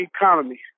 economy